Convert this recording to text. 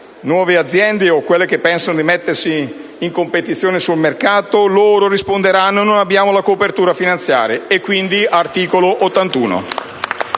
nuove aziende o a quelle che pensano di mettersi in competizione sul mercato, loro risponderanno: non abbiamo la copertura finanziaria e, quindi, articolo 81!